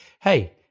Hey